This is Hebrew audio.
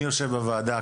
מי יושב בוועדה?